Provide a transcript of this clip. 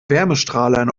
wärmestrahlern